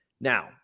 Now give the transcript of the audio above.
Now